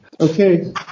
Okay